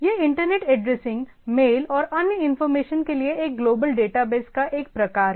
यह internet addressing mail और अन्य इंफॉर्मेशन के लिए एक ग्लोबल डेटाबेस का एक प्रकार है